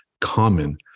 common